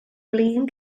flin